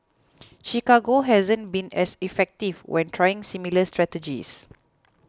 Chicago hasn't been as effective when trying similar strategies